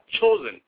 chosen